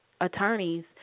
attorneys